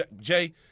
Jay